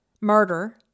murder